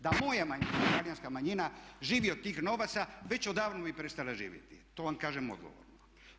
Da moja manjina, Talijanska manjina živi od tih novaca već odavno bi prestala živjeti, to vam kažem odgovorno.